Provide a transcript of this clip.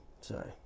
sorry